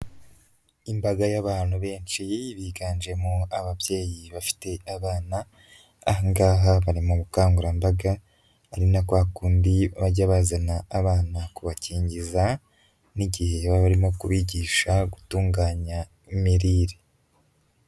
Imbaga y'abantu benshi biganjemo ababyeyi bafite abana, aha ngaha bari mu bukangurambaga, ari na kwa kundi bajya bazana abana kubakingiza, n'igihe baba barimo kubigisha gutunganya imirire.